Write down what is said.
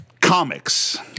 comics